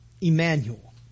Emmanuel